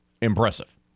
Impressive